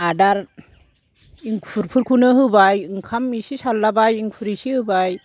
आदार इंखुरफोरखौनो होबाय ओंखाम इसे सारलाबाय इंखुर इसे होबाय